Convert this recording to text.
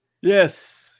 Yes